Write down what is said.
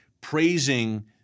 praising